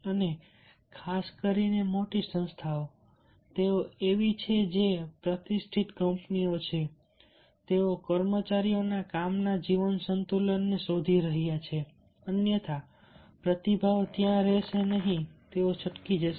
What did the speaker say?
અને ખાસ કરીને મોટી સંસ્થાઓ તેઓ એવી છે જે પ્રતિષ્ઠિત કંપનીઓ છે તેઓ કર્મચારીઓના કામના જીવન સંતુલનને શોધી રહ્યા છે અન્યથા પ્રતિભાઓ ત્યાં રહેશે નહીં તેઓ છટકી જશે